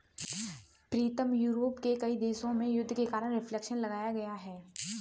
प्रीतम Europe के कई देशों में युद्ध के कारण रिफ्लेक्शन लाया गया है